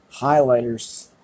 highlighters